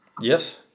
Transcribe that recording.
Yes